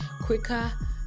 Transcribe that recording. quicker